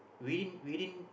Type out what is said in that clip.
within within